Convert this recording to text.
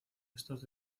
estos